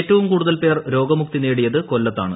ഏറ്റവും കൂടുത്ത്ൽപേർ രോഗമുക്തി നേടിയത് കൊല്ലത്താണ്